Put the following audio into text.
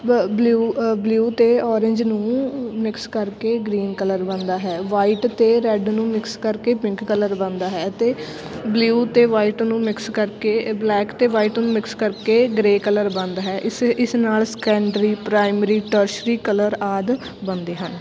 ਲ blue blue ਅਤੇ orange ਨੂੰ ਮਿਕਸ ਕਰਕੇ ਗ੍ਰੀਨ ਕਲਰ ਬਣਦਾ ਹੈ ਵਾਈਟ ਅਤੇ ਰੈੱਡ ਨੂੰ ਮਿਕਸ ਕਰਕੇ ਪਿੰਕ ਕਲਰ ਬਣਦਾ ਹੈ ਅਤੇ ਬਲਿਊ ਅਤੇ ਵਾਈਟ ਨੂੰ ਮਿਕਸ ਕਰਕੇ ਬਲੈਕ ਅਤੇ ਵਾਈਟ ਨੂੰ ਮਿਕਸ ਕਰਕੇ ਗਰੇਅ ਕਲਰ ਬਣਦਾ ਹੈ ਇਸ ਇਸ ਨਾਲ ਸਕੈਂਡਰੀ ਪ੍ਰਾਈਮਰੀ ਟਰਸ਼ਰੀ ਕਲਰ ਆਦਿ ਬਣਦੇ ਹਨ